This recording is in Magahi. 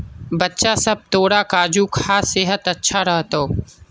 बच्चा सब, तोरा काजू खा सेहत अच्छा रह तोक